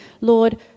Lord